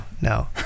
no